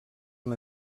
amb